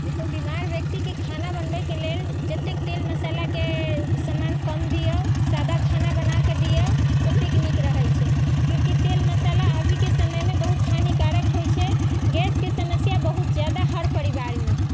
देखिऔ बिमार व्यक्तिके खाना बनबैके लेल जते तेल मसालाके सामान कम दिऔ सादा खाना बनाके दिऔ ओतेक नीक रहैत छै किआकि तेल मसाला अभीके समयमे बहुत हानिकारक होइत छै गैसके समस्या बहुत जादा हर परिवारमे हइ